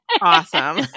Awesome